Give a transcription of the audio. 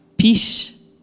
Peace